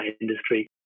industry